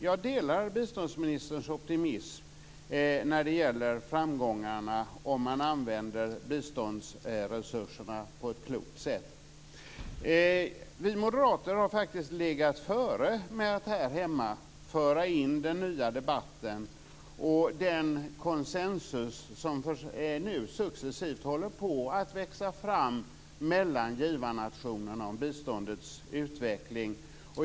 Jag delar biståndsministerns optimism när det gäller framgångarna om man använder biståndsresurserna på ett klokt sätt. Vi moderater har faktiskt legat före med att här hemma föra in den nya debatten och den konsensus som nu successivt håller på att växa fram mellan givarnationerna om biståndets utveckling.